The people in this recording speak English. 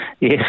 Yes